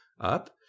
up